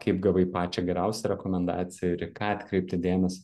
kaip gavai pačią geriausią rekomendaciją ir į ką atkreipti dėmesį